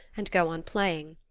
and go on playing.